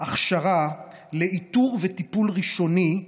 הכשרה לאיתור וטיפול ראשוני,